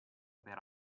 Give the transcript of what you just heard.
per